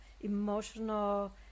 emotional